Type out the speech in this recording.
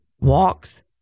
walks